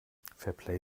fairplay